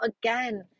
Again